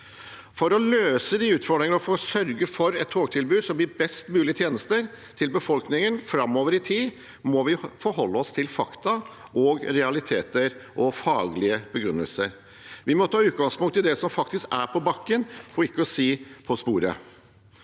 For å løse de utfordringene, og for å sørge for et togtilbud som gir best mulige tjenester til befolkningen framover i tid, må vi forholde oss til fakta, realiteter og faglige begrunnelser. Vi må ta utgangspunkt i det som faktisk er på bakken, for ikke å si på sporet.